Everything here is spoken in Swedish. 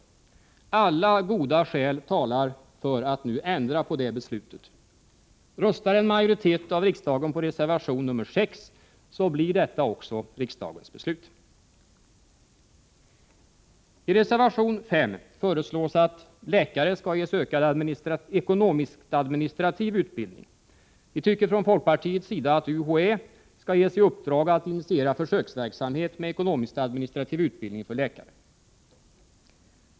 Alla goda skäl talar för att nu ändra på det beslutet. Röstar en majoritet av riksdagen på reservation 6, blir detta riksdagens beslut. I reservation 5 föreslås att läkare skall ges ökad ekonomisk-administrativ utbildning. Vi i folkpartiet tycker att UHÄ skall ges i uppdrag att initiera försöksverksamhet med ekonomisk-administrativ utbildning för läkare.